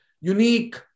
unique